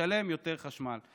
ישלם יותר על חשמל.